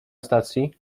stacji